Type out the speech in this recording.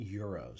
euros